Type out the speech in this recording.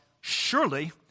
surely